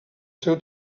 seu